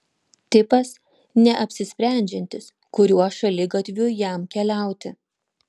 tipas neapsisprendžiantis kuriuo šaligatviu jam keliauti